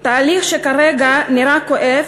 תהליך שכרגע נראה כואב,